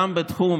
גם בתחום